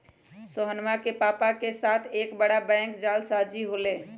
सोहनवा के पापा के साथ एक बड़ा बैंक जालसाजी हो लय